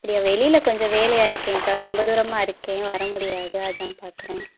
அப்படியா வெளியில கொஞ்சம் வேலையாக இருக்கேன்க்கா ரொம்ப தூரமாக இருக்கேன் வர முடியாது அதான் பார்க்கறேன்